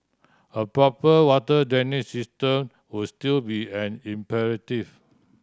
a proper water drainage system would still be an imperative